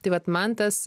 tai vat man tas